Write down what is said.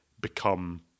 become